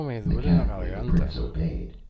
mechanically the prince obeyed.